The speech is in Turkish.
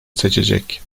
seçecek